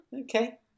Okay